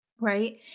right